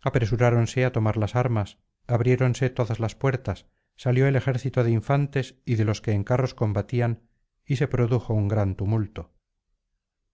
apresuráronse á tomar las armas abriéronse todas las puertas salió el ejército de infantes y de los que en carros combatían y se produjo un gran tumulto